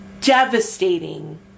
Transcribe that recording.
devastating